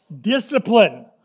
discipline